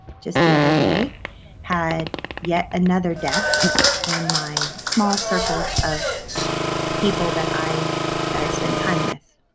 just the other day had yet another death in my small circle of people that i that i spend time with.